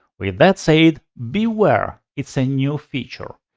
with that said, beware, it's a new feature.